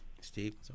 Steve